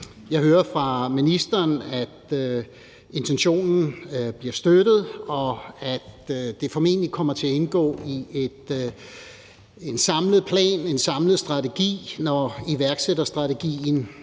jeg hører fra ministeren, at intentionen bliver støttet, og at det formentlig kommer til at indgå i en samlet plan, en samlet strategi, når iværksætterstrategien